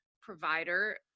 provider